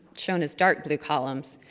shown as dark blue columns,